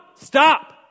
Stop